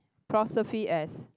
apostrophe S